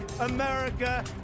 America